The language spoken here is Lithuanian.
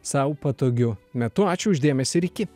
sau patogiu metu ačiū už dėmesį ir iki